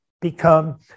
become